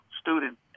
student